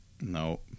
No